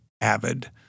avid